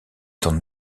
tente